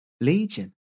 Legion